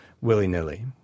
willy-nilly